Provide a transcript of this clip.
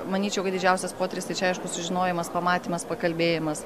manyčiau kad didžiausias potyris tai čia aišku sužinojimas pamatymas pakalbėjimas